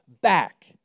back